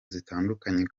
zitandukanye